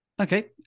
okay